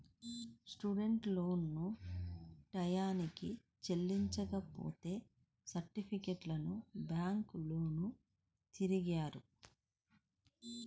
student లోన్లను టైయ్యానికి చెల్లించపోతే సర్టిఫికెట్లను బ్యాంకులోల్లు తిరిగియ్యరు